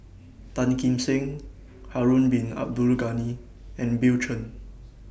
Tan Kim Seng Harun Bin Abdul Ghani and Bill Chen